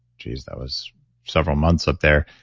geez, that was several months up there.